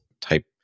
type